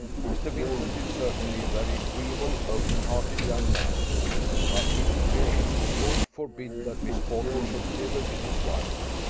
mr. vincent is certainly a very agreeable, open-hearted young man but, if he game, god forbid that miss portman should ever be his wife!